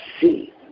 see